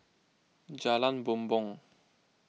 Jalan Bumbong